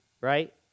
right